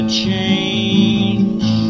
change